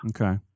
Okay